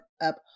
up